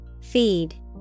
Feed